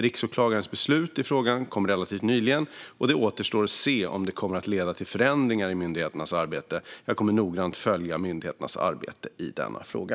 Riksåklagarens beslut i frågan kom relativt nyligen, och det återstår att se om det kommer att leda till förändringar i myndigheternas arbete. Jag kommer att noggrant följa myndigheternas arbete i denna fråga.